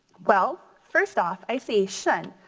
well, first off i see shun,